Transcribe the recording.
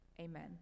Amen